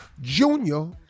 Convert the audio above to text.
Junior